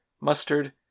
mustard